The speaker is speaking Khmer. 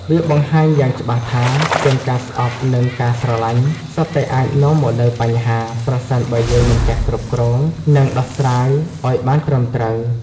វាបង្ហាញយ៉ាងច្បាស់ថា ទាំងការស្អប់និងការស្រឡាញ់ សុទ្ធតែអាចនាំមកនូវបញ្ហា ប្រសិនបើយើងមិនចេះគ្រប់គ្រង និងដោះស្រាយឲ្យបានត្រឹមត្រូវ។